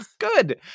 Good